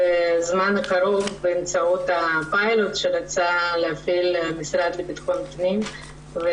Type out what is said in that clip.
בזמן הקרוב באמצעות הפיילוט שרצה להתחיל בו המשרד לביטחון פנים.